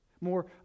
More